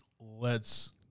lets